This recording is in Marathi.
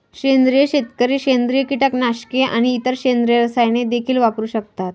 सेंद्रिय शेतकरी सेंद्रिय कीटकनाशके आणि इतर सेंद्रिय रसायने देखील वापरू शकतात